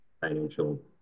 financial